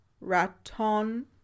Raton